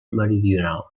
meridional